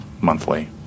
monthly